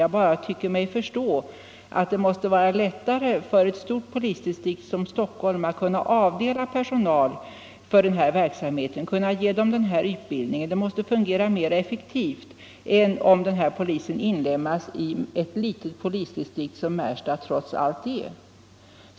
Jag bara tycker mig förstå att det måste vara lättare för ett stort polisdistrikt som Stockholm att kunna avdela personal för den här verksamheten och ge de personerna den nödvändiga utbildningen. Det måste fungera mer effektivt än om polisen inlemmas i ett litet polisdistrikt, som Märsta trots allt är.